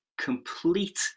complete